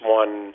one